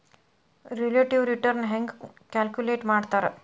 relative return ಹೆಂಗ calculate ಮಾಡ್ತಾರಾ